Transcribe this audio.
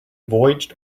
voyaged